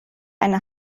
eine